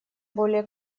более